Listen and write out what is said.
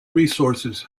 resources